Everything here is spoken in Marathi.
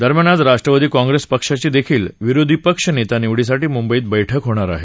दरम्यान आज राष्ट्रवादी काँग्रेस पक्षाची देखील विधिमंडळ गटनेता निवडीसाठी म्ंबईत बैठक होणार आहे